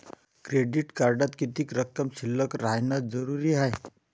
Credit कार्डात किती रक्कम शिल्लक राहानं जरुरी हाय?